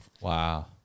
Wow